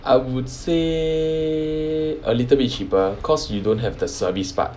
I would say a little bit cheaper cause you don't have the service part